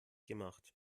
gemacht